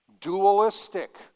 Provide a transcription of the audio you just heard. Dualistic